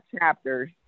chapters